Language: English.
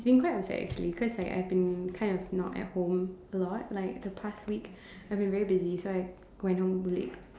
he's been quite upset actually cause like I've been kind of not at home a lot like the past week I've been very busy so I went home late